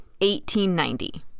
1890